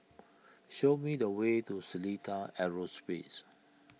show me the way to Seletar Aerospace